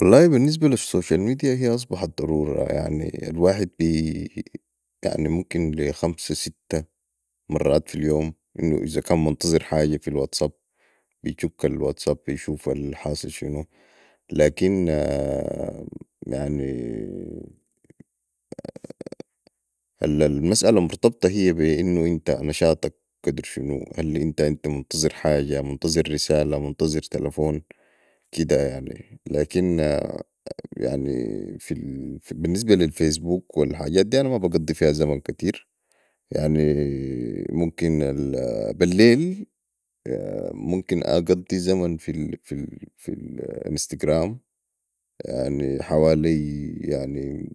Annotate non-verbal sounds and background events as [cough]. والله بي النسبة لي الصوشل مديا هي اصبحت ضروره يعني الواحد بي يمكن لي خمسه سته مرات في اليوم انو اذا كان منتظر حاجه في الواتس اب يجك الواتسب يشوف الحاصل شنو. لكن يعني [hesitation] المساله مرتبطة هي بي انو أنت نشاطك قدر شنو هل أنت منتظر حاجه منتظر رسالة منتظر تلفون كده يعني لكن يعني بي النسبة لي الفيس بوك والحجات دي أنا مابقصي فيها زمن كتير يعني ممكن بي اليل ممكن أقضي زمن في الانستغرام يعني حوالي